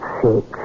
six